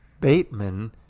Bateman